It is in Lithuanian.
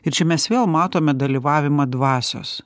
ir čia mes vėl matome dalyvavimą dvasios